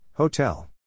Hotel